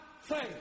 faith